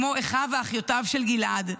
כמו אחיו ואחיותיו של גלעד,